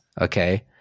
Okay